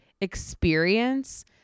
experience